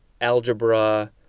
algebra